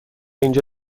اینجا